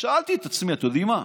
אז שאלתי את עצמי: אתם יודעים מה,